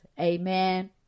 Amen